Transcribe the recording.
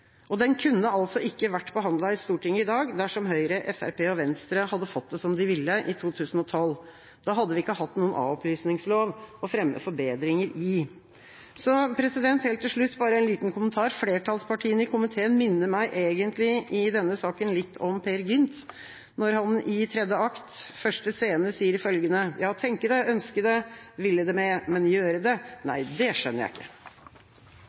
Og den kunne ikke vært behandlet i Stortinget i dag, dersom Høyre, Fremskrittspartiet og Venstre hadde fått det som de ville i 2012. Da hadde vi ikke hatt noen a-opplysningslov å fremme forbedringer i. Helt til slutt bare en liten kommentar. Flertallspartiene i komiteen minner meg egentlig i denne saken litt om Peer Gynt når han i tredje akt, første scene, sier følgende: «Ja, tænke det; ønske det; ville det med; –– men gjøre det! Nej; det skjønner jeg ikke!»